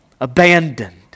abandoned